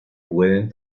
pueden